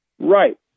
Right